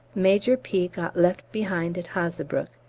major p. got left behind at hazebrouck,